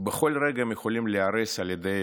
ובכל רגע הם יכולים להיהרס על ידי